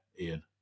Ian